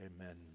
Amen